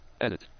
edit